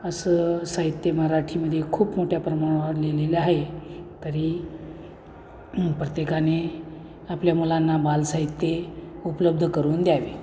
असं साहित्य मराठीमध्ये खूप मोठ्या प्रमाणावर लिहिलेलं आहे तरी प्रत्येकाने आपल्या मुलांना बालसाहित्य हे उपलब्ध करून द्यावे